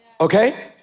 Okay